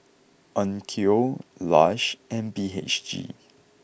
Onkyo Lush and B H G